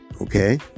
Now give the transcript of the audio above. okay